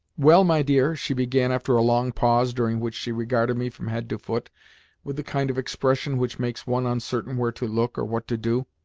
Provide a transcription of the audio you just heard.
well, my dear, she began after a long pause, during which she regarded me from head to foot with the kind of expression which makes one uncertain where to look or what to do,